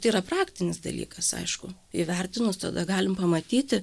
tai yra praktinis dalykas aišku įvertinus tada galim pamatyti